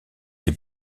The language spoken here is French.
des